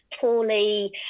poorly